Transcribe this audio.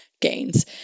gains